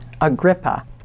Agrippa